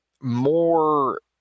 more